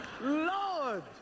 Lord